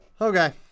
Okay